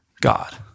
God